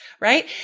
right